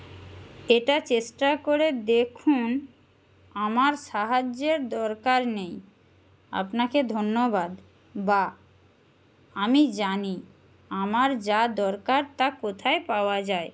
এটা চেষ্টা করে দেখুন আমার সাহায্যের দরকার নেই আপনাকে ধন্যবাদ বা আমি জানি আমার যা দরকার তা কোথায় পাওয়া যায়